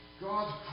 God's